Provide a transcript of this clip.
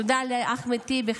תודה לאחמד טיבי,